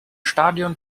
stadion